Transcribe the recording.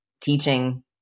teaching